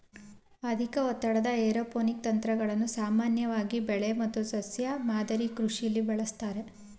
ಅಧಿಕ ಒತ್ತಡದ ಏರೋಪೋನಿಕ್ ತಂತ್ರಗಳನ್ನು ಸಾಮಾನ್ಯವಾಗಿ ಬೆಳೆ ಮತ್ತು ಸಸ್ಯ ಮಾದರಿ ಕೃಷಿಲಿ ಬಳಸ್ತಾರೆ